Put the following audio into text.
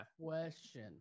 question